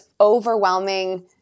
overwhelming